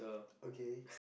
okay